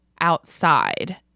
outside